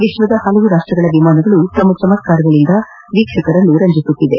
ವಿಶ್ವದ ಹಲವು ರಾಷ್ಟ್ರಗಳ ವಿಮಾನಗಳು ತಮ್ಮ ಚಮತ್ಕಾರಗಳಿಂದ ವೀಕ್ಷಕರನ್ನು ರಂಜಿಸುತ್ತಿವೆ